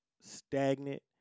stagnant